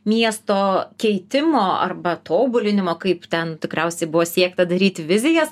miesto keitimo arba tobulinimo kaip ten tikriausiai buvo siekta daryti vizijas